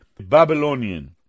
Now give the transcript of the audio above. Babylonian